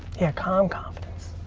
yeah, calm confidence.